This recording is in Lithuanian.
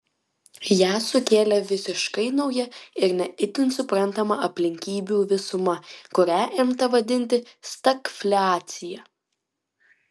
ją sukėlė visiškai nauja ir ne itin suprantama aplinkybių visuma kurią imta vadinti stagfliacija